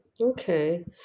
Okay